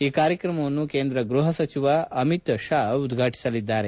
ಈ ಕಾರ್ಯಕ್ರಮವನ್ನು ಕೇಂದ್ರ ಗೃಹ ಸಚಿವ ಅಮಿತ್ ಶಾ ಉದ್ಘಾಟಿಸಲಿದ್ದಾರೆ